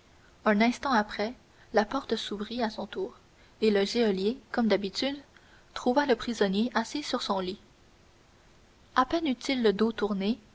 un instant après sa porte s'ouvrit à son tour et le geôlier comme d'habitude trouva le prisonnier assis sur son lit à peine eut-il le dos tourné